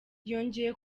yongeye